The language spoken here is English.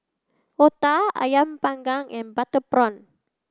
Otah Ayam panggang and butter prawn